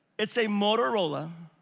it's a motorola.